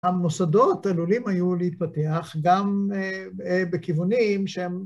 ‫המוסדות עלולים היו להתפתח ‫גם בכיוונים שהם...